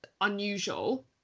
unusual